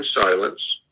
silence